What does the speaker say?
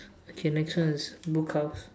okay next one is book house